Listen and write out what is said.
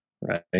Right